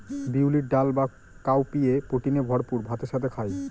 বিউলির ডাল বা কাউপিএ প্রোটিনে ভরপুর ভাতের সাথে খায়